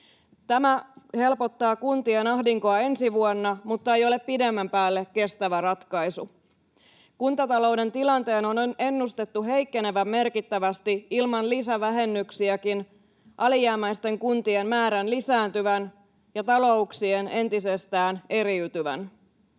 Tämä helpottaa kuntien ahdinkoa ensi vuonna mutta ei ole pidemmän päälle kestävä ratkaisu. Kuntatalouden tilanteen on ennustettu heikkenevän merkittävästi ilman lisävähennyksiäkin, alijäämäisten kuntien määrän lisääntyvän ja talouksien entisestään eriytyvän.